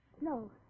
No